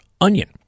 Onion